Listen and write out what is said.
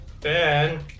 Ben